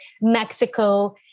Mexico